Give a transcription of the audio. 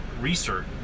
research